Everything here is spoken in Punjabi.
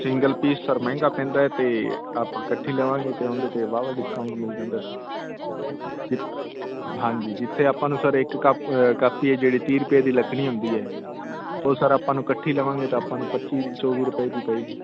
ਸਿੰਗਲ ਪੀਸ ਸਰ ਮਹਿੰਗਾ ਪੈਂਦਾ ਅਤੇ ਆਪਾਂ ਇਕੱਠੀ ਲਵਾਂਗੇ ਤਾਂ ਉਹਦੇ 'ਤੇ ਵਾਹਵਾ ਡਿਸਕਾਊਂਟ ਮਿਲ ਜਾਂਦਾ ਸਰ ਹਾਂਜੀ ਜਿੱਥੇ ਆਪਾਂ ਨੂੰ ਸਰ ਇੱਕ ਕਪ ਕਾਪੀ ਆ ਜਿਹੜੀ ਤੀਹ ਰੁਪਏ ਦੀ ਲੱਗਣੀ ਹੁੰਦੀ ਹੈ ਉਹ ਸਰ ਆਪਾਂ ਨੂੰ ਇਕੱਠੀ ਲਵਾਂਗੇ ਤਾਂ ਆਪਾਂ ਨੂੰ ਪੱਚੀ ਦੀ ਚੌਵੀ ਰੁਪਏ ਦੀ ਪਏਗੀ